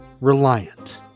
Reliant